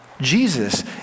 Jesus